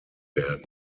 werden